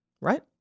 right